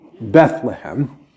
Bethlehem